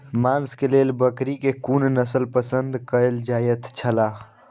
मांस के लेल बकरी के कुन नस्ल पसंद कायल जायत छला?